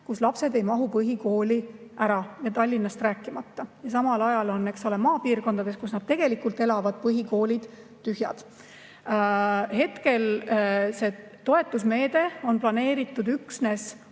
kus lapsed ei mahu põhikooli ära, Tallinnast rääkimata. Samal ajal on maapiirkondades, kus nad tegelikult elavad, põhikoolid tühjad. Hetkel on see toetusmeede planeeritud üksnes